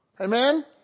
Amen